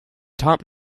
top